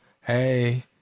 hey